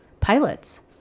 pilots